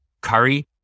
Curry